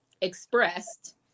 expressed